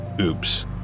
oops